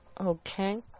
Okay